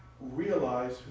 realize